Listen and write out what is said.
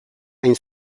hain